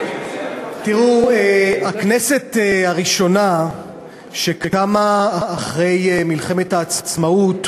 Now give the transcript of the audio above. הכנסת הראשונה שקמה אחרי מלחמת העצמאות